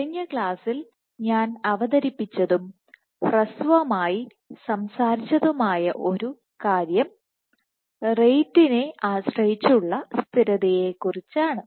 കഴിഞ്ഞ ക്ലാസ്സിൽ ഞാൻ അവതരിപ്പിച്ചതും ഹ്രസ്വമായി സംസാരിച്ചതുമായ ഒരു കാര്യം റേറ്റിനെ ആശ്രയിച്ചുള്ള സ്ഥിരതയെക്കുറിച്ച് ആണ്